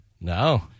No